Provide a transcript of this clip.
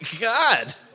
God